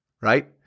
right